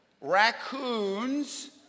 raccoons